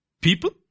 people